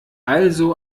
also